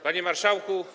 Panie Marszałku!